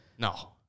No